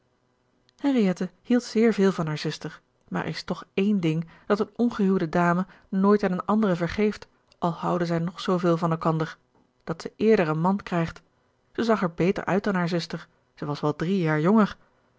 henriette hield zeer veel van hare zuster maar er is toch één ding dat eene ongehuwde dame nooit aan eene andere vergeeft al houden zij nog zooveel van elkander dat ze eerder een man krijgt zij zag er beter uit dan hare zuster zij was wel drie jaar jonger